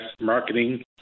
marketing